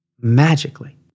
magically